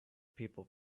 people